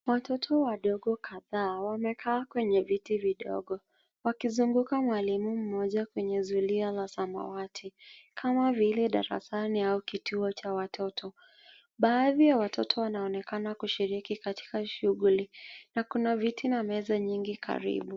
Watoto wadogo kadhaa wamekaa kwenye viti vidogo wakizunguka mwalimu mmoja kwenye zulia la samawati, kama vile darasani ama kituo cha watoto. Baadhi ya watoto wanaonekana kushiriki katika shughuli na kuna viti na meza nyingi karibu.